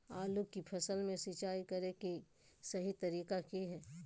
आलू की फसल में सिंचाई करें कि सही तरीका की हय?